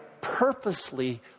purposely